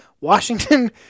Washington